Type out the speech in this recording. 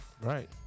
Right